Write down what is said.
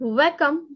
welcome